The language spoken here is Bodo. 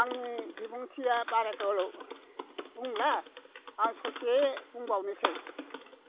आंनि बिबुंथिया बारा गोलाव बुंला आं ससे बुंबावनोसै